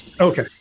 Okay